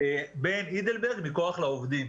מכוח לעובדים.